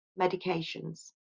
medications